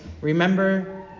remember